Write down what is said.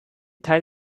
teil